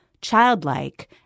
childlike